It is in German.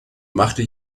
machte